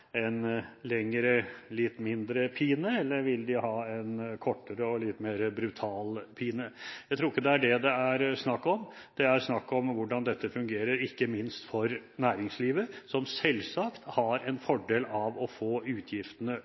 en lengre og litt mindre pine, eller vil de ha en kortere og litt mer brutal pine? Jeg tror ikke det er det det er snakk om. Det er snakk om hvordan dette fungerer, ikke minst for næringslivet, som selvsagt har en fordel av å få utgiftene